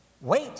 wait